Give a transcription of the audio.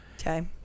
Okay